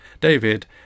David